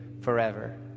forever